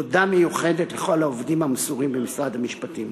תודה מיוחדת לכל העובדים המסורים במשרד המשפטים.